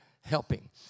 helping